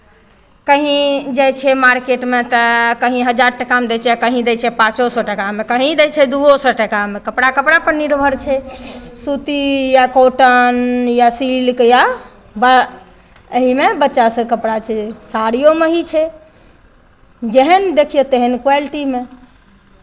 कहीँ जाइ छै मार्केटमे तऽ कहीँ हजार टाकामे दै छै आओर कहीँ दै छै पाँचो सए टाकामे कहीँ दै छै दूओ सए टाकामे कपड़ा कपड़ापर निर्भर छै सूती या कॉटन या सिल्क या ब एहिमे बच्चा सभके कपड़ा छै साड़िओमे ई छै जेहन देखियौ तेहन क्वालिटीमे